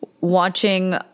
watching